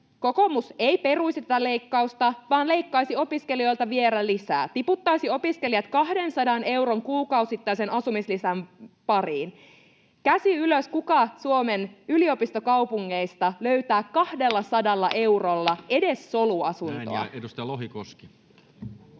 kokoomus ei peruisi tätä leikkausta vaan leikkaisi opiskelijoilta vielä lisää, tiputtaisi opiskelijat 200 euron kuukausittaisen asumislisän pariin. Käsi ylös, kuka Suomen yliopistokaupungeista löytää 200 eurolla edes soluasuntoa. [Ben Zyskowicz: